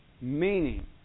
meaning